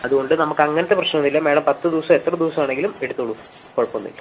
അതുകൊണ്ട് നമുക്ക് അങ്ങനത്തെ പ്രശ്നമൊന്നുമില്ല മാഡം പത്ത് ദിവസമോ എത്ര ദിവസം ആണെങ്കിലും എടുത്തോളൂ കുഴപ്പം ഒന്നുമില്ല